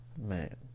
man